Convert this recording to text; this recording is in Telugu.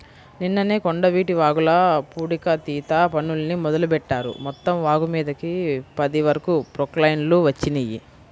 నిన్ననే కొండవీటి వాగుల పూడికతీత పనుల్ని మొదలుబెట్టారు, మొత్తం వాగుమీదకి పది వరకు ప్రొక్లైన్లు వచ్చినియ్యి